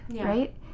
right